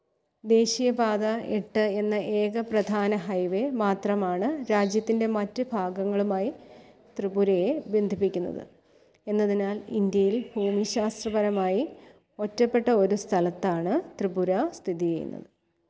ദേശീയ പാത എട്ട് എന്ന ഏക പ്രധാന ഹൈ വേ മാത്രമാണ് രാജ്യത്തിന്റെ മറ്റ് ഭാഗങ്ങളുമായി ത്രിപുരയെ ബന്ധിപ്പിക്കുന്നത് എന്നതിനാൽ ഇന്ത്യയിൽ ഭൂമിശാസ്ത്രപരമായി ഒറ്റപ്പെട്ട ഒരു സ്ഥലത്താണ് ത്രിപുര സ്ഥിതിചെയ്യുന്നത്